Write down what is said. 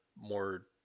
more